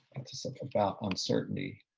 this is about uncertainty.